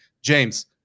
James